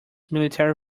military